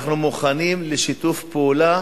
אנחנו מוכנים לשיתוף פעולה